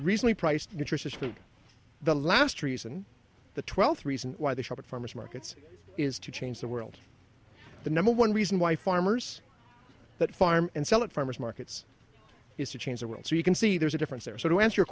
recently priced nutritious food the last reason the twelfth reason why they shop at farmers markets is to change the world the number one reason why farmers that farm and sell it farmers markets is to change the world so you can see there's a difference there so to answer your